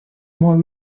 more